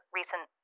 recent